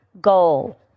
goal